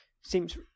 seems